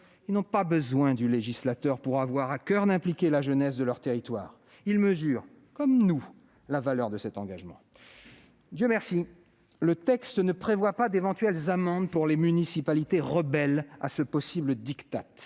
Ils n'ont pas besoin du législateur pour avoir à coeur d'impliquer la jeunesse de leur territoire. Ils mesurent, comme nous, la valeur de cet engagement. Dieu merci, le texte ne prévoit pas d'éventuelles amendes pour les municipalités rebelles à ce possible diktat